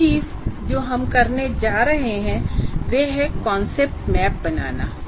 एक चीज जो हम करने जा रहे हैं वह है कॉन्सेप्ट मैप बनाना